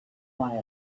quietly